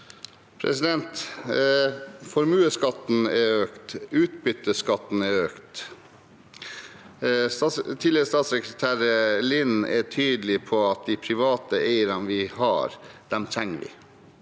Formuesskat- ten er økt, utbytteskatten er økt. Tidligere statssekretær Lind er tydelig: «De private eierne vi har, de trenger vi.